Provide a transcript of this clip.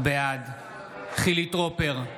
בעד חילי טרופר,